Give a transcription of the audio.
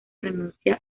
renuncia